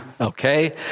okay